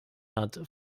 hat